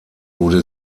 wurde